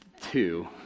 two